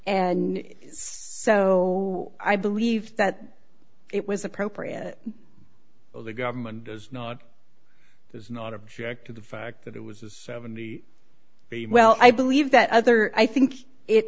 and so i believe that it was appropriate the government does not does not object to the fact that it was a seventy b well i believe that other i think it